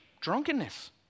drunkenness